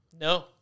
No